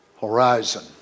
horizon